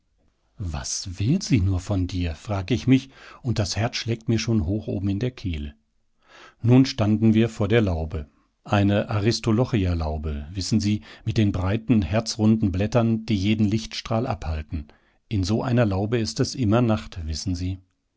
was will sie nur von dir frag ich mich und das herz schlägt mir schon hoch oben in der kehle nun standen wir vor der laube eine aristolochialaube wissen sie mit den breiten herzrunden blättern die jeden lichtstrahl abhalten in so einer laube ist es immer nacht wissen sie